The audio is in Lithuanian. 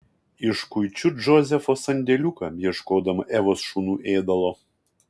iškuičiu džozefo sandėliuką ieškodama evos šunų ėdalo